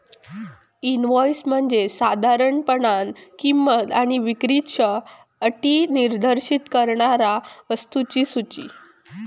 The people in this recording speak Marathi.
इनव्हॉइस म्हणजे साधारणपणान किंमत आणि विक्रीच्यो अटी निर्दिष्ट करणारा वस्तूंची सूची